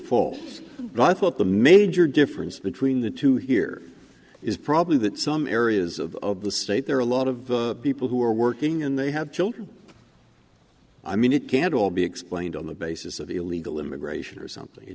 and i thought the major difference between the two here is probably that some areas of the state there are a lot of people who are working and they have children i mean it can't all be explained on the basis of illegal immigration or something